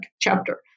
chapter